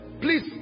Please